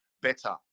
better